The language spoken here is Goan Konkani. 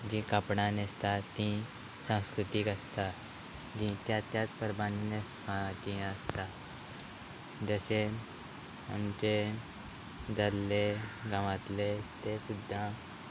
जी कापडां न्हेसतात ती संस्कृतीक आसता ती त्या त्याच परबांनी न्हेसपाची आसता जशे आमचे दादले गांवांतले ते सुद्दां